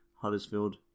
Huddersfield